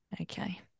Okay